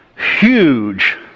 huge